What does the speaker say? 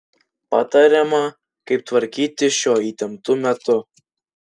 patariama kaip tvarkytis šiuo įtemptu metu